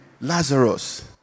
Lazarus